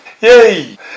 Yay